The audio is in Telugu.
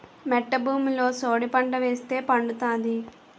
మెట్ట భూమిలో సోడిపంట ఏస్తే పండుతాది